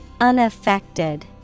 Unaffected